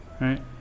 right